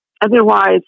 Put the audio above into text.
Otherwise